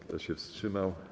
Kto się wstrzymał?